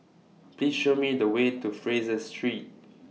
Please Show Me The Way to Fraser Street